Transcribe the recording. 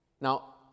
Now